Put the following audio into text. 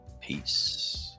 Peace